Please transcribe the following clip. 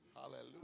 Hallelujah